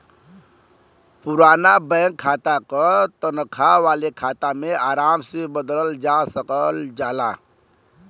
पुराना बैंक खाता क तनखा वाले खाता में आराम से बदलल जा सकल जाला